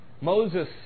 Moses